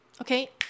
okay